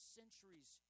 centuries